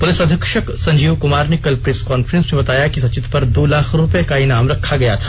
police अधीक्षक संजीव क्मार ने कल प्रेस कांफ्रेंस में बताया कि संचित पर दो लाख रुपये का इनाम रखा गया था